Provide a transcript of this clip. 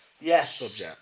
Yes